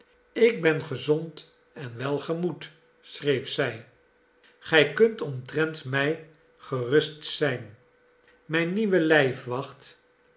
ik ben gezond en welgemoed schreef zij gij kunt omtrent mij gerust zijn mijn nieuwe